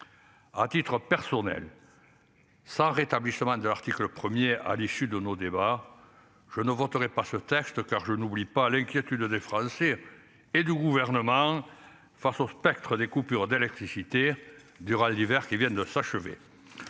À titre personnel. Sans rétablissement de l'article 1er, à l'issue de nos débats. Je ne voterais pas ce texte car je n'oublie pas l'inquiétude des Français et du gouvernement. Face au spectre des coupures d'électricité durant l'hiver qui vient de s'achever.